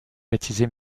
baptisé